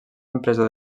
empresa